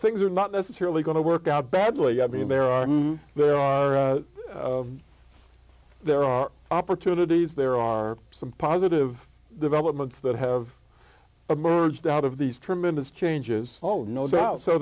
things are not necessarily going to work out badly i mean there are there are there are opportunities there are some positive developments that have emerged out of these tremendous changes oh no doubt so